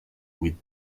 with